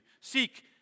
Seek